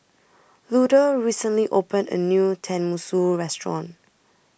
Luther recently opened A New Tenmusu Restaurant